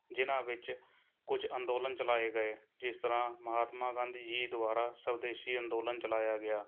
ਜਿਹਨਾਂ ਵਿੱਚ ਕੁੱਝ ਅੰਦੋਲਨ ਚਲਾਏ ਗਏ ਜਿਸ ਤਰ੍ਹਾਂ ਮਹਾਤਮਾ ਗਾਂਧੀ ਜੀ ਦੁਆਰਾ ਸਵਦੇਸ਼ੀ ਅੰਦੋਲਨ ਚਲਾਇਆ ਗਿਆ